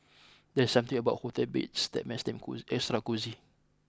there's something about hotel beds that makes them cost extra cosy